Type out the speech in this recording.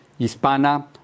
Hispana